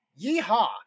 Yeehaw